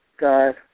God